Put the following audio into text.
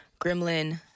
Gremlin